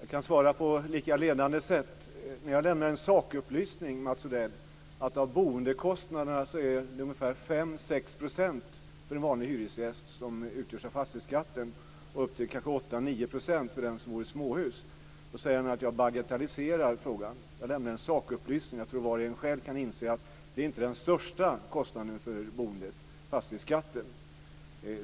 Jag kan svara på ett lika ledande sätt. När jag lämnar en sakupplysning till Mats Odell, att av boendekostnaderna utgörs ungefär 5-6 % av fastighetsskatten för en vanlig hyresgäst och kanske 8-9 % för den som bor i småhus, säger han att jag bagatelliserar frågan. Jag lämnar en sakupplysning. Jag tror att var och en inser att fastighetsskatten inte är den största kostnaden för boendet.